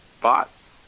bots